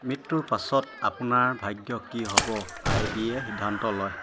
মৃত্যুৰ পাছত আপোনাৰ ভাগ্য কি হ'ব আই বি য়ে সিদ্ধান্ত লয়